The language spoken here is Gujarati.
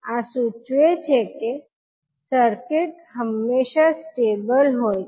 આ સૂચવે છે કે સર્કિટ હંમેશા સ્ટેબલ હોય છે